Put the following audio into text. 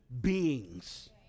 beings